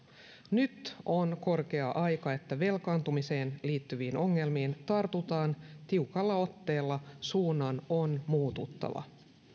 nyt on korkea aika että velkaantumiseen liittyviin ongelmiin tartutaan tiukalla otteella suunnan on muututtava